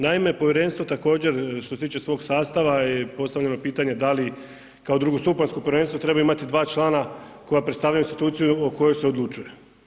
Naime, povjerenstvo također što se tiče svog sastava je postavljeno pitanje da li kao drugostupanjsko povjerenstvo treba imati dva člana koja predstavljaju instituciju o kojoj se odlučuje?